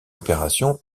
opération